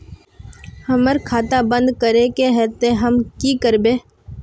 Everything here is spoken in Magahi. हमर खाता बंद करे के है ते हम की करबे?